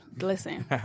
listen